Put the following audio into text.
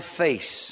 face